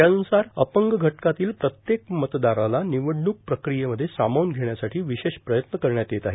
त्यान्रसार अपंग घटकातील प्रत्येक मतदाराला र्मिवडणूक प्रक्रियेमध्ये समावून घेण्यासाठी र्विशेष प्रयत्न करण्यात येत आहेत